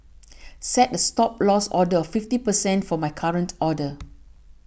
set a Stop Loss order of fifty percent for my current order